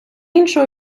іншого